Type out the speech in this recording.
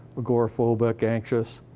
agoraphobic, anxious,